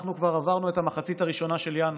ואנחנו כבר עברנו את המחצית הראשונה של ינואר.